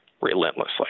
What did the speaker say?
relentlessly